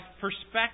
perspective